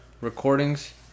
recordings